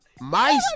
Mice